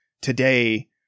today